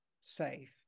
safe